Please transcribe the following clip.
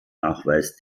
nachweis